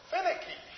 Finicky